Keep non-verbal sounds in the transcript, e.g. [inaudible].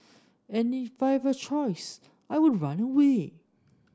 and if I [unintelligible] a choice I would run away